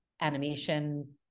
animation